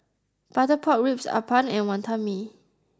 Butter Pork Ribs Appam and Wonton Mee